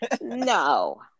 No